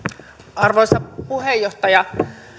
arvoisa puheenjohtaja